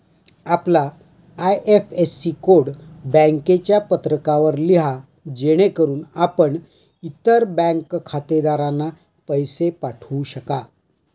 आपला IFSC code बँकेच्या पत्रकावर लिहा जेणेकरून आपण इतर बँक खातेधारकांना पैसे पाठवू शकाल